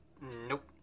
nope